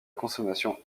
consommation